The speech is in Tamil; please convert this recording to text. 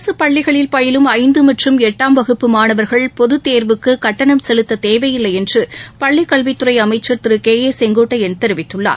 அரசு பள்ளிகளில் பயிலும் ஐந்து மற்றும் எட்டாம் வகுப்பு மாணவர்கள் பொதுத் தேர்வுக்கு கட்டணம் செலுத்த தேவையில்லை என்று பள்ளிக் கல்வித்துறை அமைச்சள் திரு கே ஏ தெரிவித்துள்ளார்